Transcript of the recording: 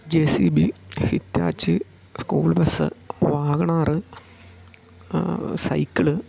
J C B Hitachi school bus wagon R cycle